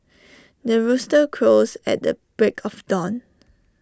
the rooster crows at the break of dawn